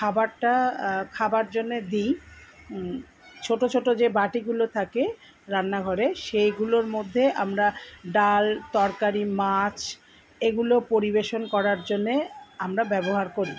খাবারটা খাওয়ার জন্য দি ছোটো ছোটো যে বাটিগুলো থাকে রান্নাঘরে সেইগুলোর মধ্যে আমরা ডাল তরকারি মাছ এগুলো পরিবেশন করার জন্যে আমরা ব্যবহার করি